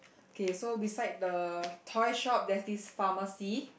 okay so beside the toy shop there's this pharmacy